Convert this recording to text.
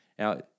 Now